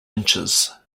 inches